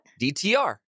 DTR